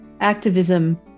activism